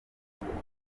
muhanzi